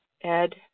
Ed